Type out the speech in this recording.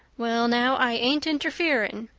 well now, i ain't interfering.